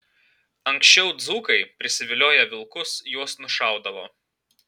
anksčiau dzūkai prisivilioję vilkus juos nušaudavo